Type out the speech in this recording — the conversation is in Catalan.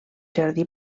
jardí